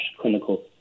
clinical